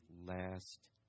last